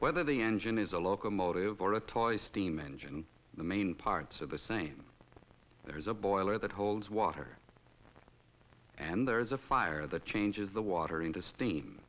whether the engine is a locomotive or a toy steam engine the main parts of the same there is a boiler that holds water and there is a fire that changes the water into steam